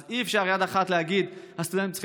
אז אי-אפשר ביד אחת להגיד שהסטודנטים צריכים